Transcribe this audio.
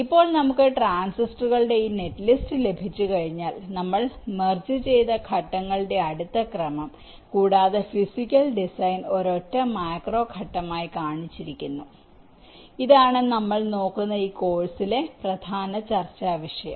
ഇപ്പോൾ നമുക്ക് ട്രാൻസിസ്റ്ററുകളുടെ ഈ നെറ്റ്ലിസ്റ്റ് ലഭിച്ചുകഴിഞ്ഞാൽ നമ്മൾ മെർജ് ചെയ്ത ഘട്ടങ്ങളുടെ അടുത്ത ക്രമം കൂടാതെ ഫിസിക്കൽ ഡിസൈൻ ഒരൊറ്റ മാക്രോ ഘട്ടമായി കാണിച്ചിരിക്കുന്നു ഈ ആണ് നമ്മൾ നോക്കുന്ന ഈ കോഴ്സിലെ പ്രധാന ചർച്ചാവിഷയം